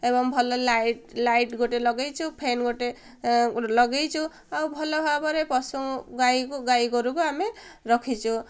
ଏବଂ ଭଲ light light ଗୋଟେ ଲଗାଇଛୁ ଫ୍ୟାନ୍ ଗୋଟେ ଲଗାଇଛୁ ଆଉ ଭଲ ଭାବରେ ପଶୁ ଗାଈକୁ ଗାଈ ଗୋରୁକୁ ଆମେ ରଖିଛୁ